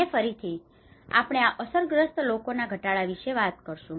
અને ફરીથી આપણે આ અસરગ્રસ્ત લોકોના ઘટાડા વિશે વાત કરીશું